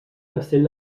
castell